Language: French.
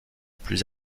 plus